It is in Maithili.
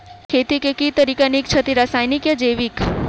खेती केँ के तरीका नीक छथि, रासायनिक या जैविक?